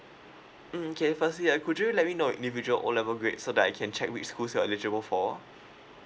mm okay firstly uh could you let me know you individual O level grade so that I can check which school you are eligible for